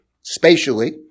spatially